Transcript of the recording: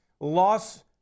Loss